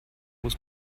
muss